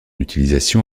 utilisation